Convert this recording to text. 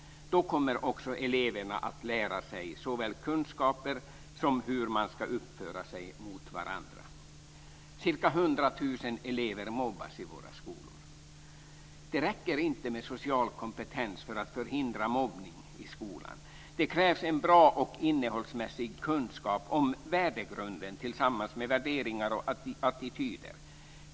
Då kommer också eleverna att såväl få kunskaper som lära sig hur man ska uppföra sig mot varandra. Ca 100 000 elever mobbas i våra skolor. Det räcker inte med social kompetens för att förhindra mobbning i skolan. Det krävs en bra och innehållsmässig kunskap om värdegrunden tillsammans med värderingar och attityder.